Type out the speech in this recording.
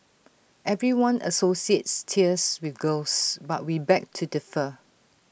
everyone associates tears with girls but we beg to differ